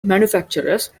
manufacturers